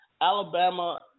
Alabama –